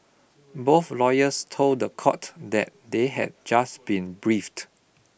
both lawyers told the court that they had just been briefed